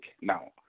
Now